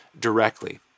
directly